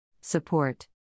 Support